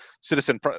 citizen